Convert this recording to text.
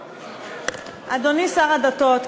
אדוני שר הדתות,